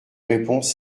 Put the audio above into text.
réponse